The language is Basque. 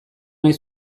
nahi